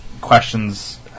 questions